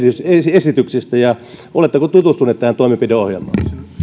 esityksistä ja oletteko tutustuneet tähän toimenpideohjelmaan